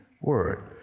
word